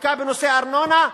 חקיקה בנושא ארנונה,